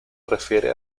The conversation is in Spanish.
refiere